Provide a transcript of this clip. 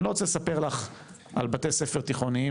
אני לא רוצה לספר לך על בתי ספר תיכוניים